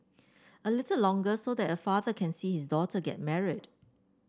a little longer so that a father can see his daughter get married